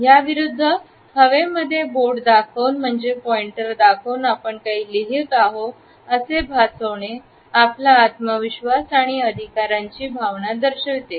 याविरुद्ध हवेमध्ये बोट दाखवून म्हणजेच पॉइंटर दाखवून आपण काही लिहित आहोत असे भासवणे आपला आत्मविश्वास आणि अधिकारांची भावना दर्शवते